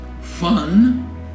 fun